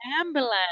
ambulance